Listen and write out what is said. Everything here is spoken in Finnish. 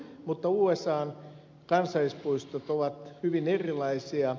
mutta usan kansallispuistot ovat hyvin erilaisia